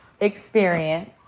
experience